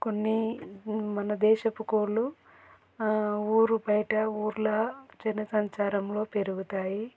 కొన్ని మన దేశపు కోళ్ళు ఊరి బయట ఊర్ల జనసంచారంలో పెరుగుతాయి